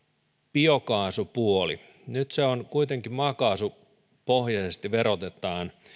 biokaasupuoli kun nyt kuitenkin maakaasupohjaisesti verotetaan